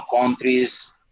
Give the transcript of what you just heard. countries